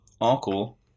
uncle